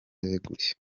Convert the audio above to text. yeguye